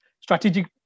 strategic